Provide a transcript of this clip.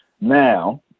Now